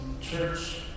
church